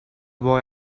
boy